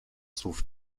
słów